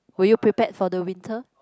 were you prepared for the winter